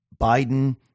Biden